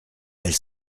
elle